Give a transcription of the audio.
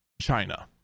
China